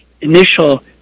initial